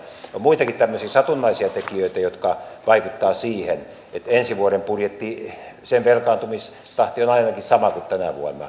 on muitakin tämmöisiä satunnaisia tekijöitä jotka vaikuttavat siihen että ensi vuoden budjetin velkaantumistahti on ainakin sama kuin tänä vuonna